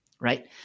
right